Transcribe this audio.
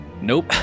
Nope